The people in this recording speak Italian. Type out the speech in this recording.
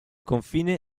confine